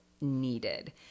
needed